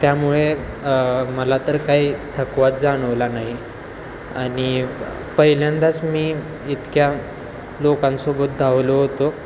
त्यामुळे मला तर काही थकवाच जाणवला नाही आणि पहिल्यांदाच मी इतक्या लोकांसोबत धावलो होतो